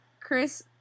Chris